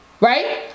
right